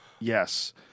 Yes